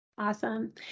Awesome